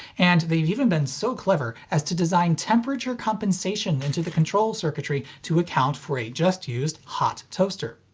and they've even been so clever as to design temperature-compensation into the control circuitry to account for a just-used hot toaster.